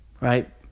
right